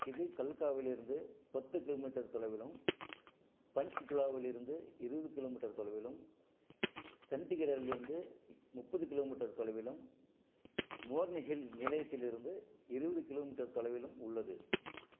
இது கல்காவிலிருந்து பத்து கிலோமீட்டர் தொலைவிலும் பஞ்ச்குலாவிலிருந்து இருபது கிலோமீட்டர் தொலைவிலும் சண்டிகரிலிருந்து முப்பது கிலோமீட்டர் தொலைவிலும் மோர்னி ஹில் நிலையத்திலிருந்து இருபது கிலோமீட்டர் தொலைவிலும் உள்ளது